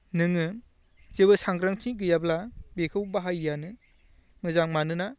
नोङो जेबो सांग्रांथि गैयाब्ला बेखौ बाहायियानो मोजां मानोना